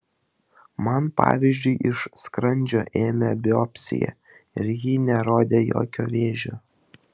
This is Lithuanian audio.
man pavyzdžiui iš skrandžio ėmė biopsiją ir ji nerodė jokio vėžio